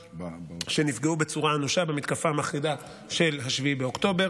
שנפגעו בצורה אנושה במתקפה המחרידה של 7 באוקטובר,